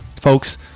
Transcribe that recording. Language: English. Folks